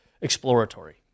exploratory